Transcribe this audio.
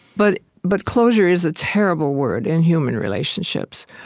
but but closure is a terrible word in human relationships.